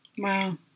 Wow